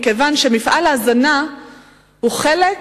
מכיוון שמפעל ההזנה הוא חלק